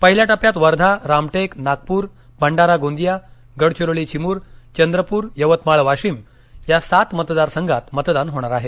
पहिल्या टप्प्यात वर्धा रामटेक नागपूर भंडारा गोंदिया गडचिरोली चिमूर चंद्रपूर यवतमाळ वाशिम या सात मतदारसंघात मतदान होणार आहे